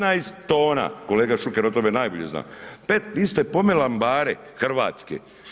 15 tona, kolega Šuker o tome najbolje zna, vi ste pomeli ambare Hrvatske.